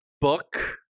book